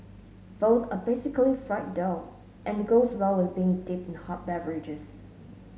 both are basically fried dough and goes well with being dipped in hot beverages